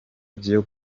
vyo